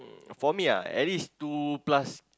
for me ah at least two plus